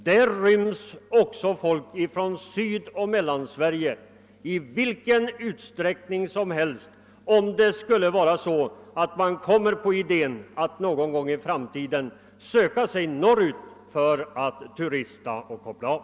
Där ryms också folk från Sydoch Mellansverige i vilken utsträckning som helst, om man någon gång i framtiden skulle komma på idén att söka sig norrut för att turista och koppla av.